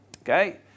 Okay